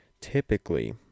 typically